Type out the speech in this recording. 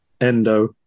Endo